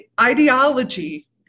ideology